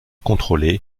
contrôlé